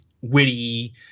witty